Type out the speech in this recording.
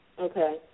Okay